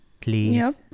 please